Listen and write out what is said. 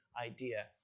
idea